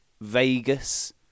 Vegas